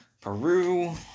Peru